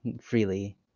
freely